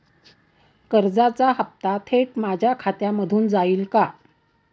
कर्जाचा हप्ता थेट माझ्या खात्यामधून जाईल का?